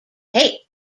hey